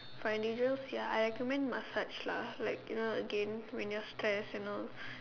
for individuals ya I recommend massage lah like you know again when you are stress you know